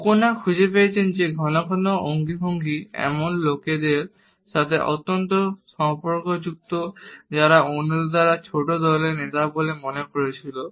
O'Conner O'Conner খুঁজে পেয়েছেন যে ঘন ঘন অঙ্গভঙ্গি এমন লোকদের সাথে অত্যন্ত সম্পর্কযুক্ত যারা অন্যদের দ্বারা ছোট দলে নেতা বলে মনে করা হয়েছিল